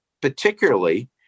particularly